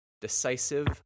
decisive